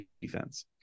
defense